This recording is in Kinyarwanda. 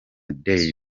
dyer